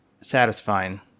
satisfying